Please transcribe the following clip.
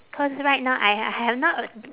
cause right now I ha~ have not